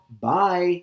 bye